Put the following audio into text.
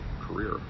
career